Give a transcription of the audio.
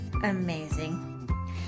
amazing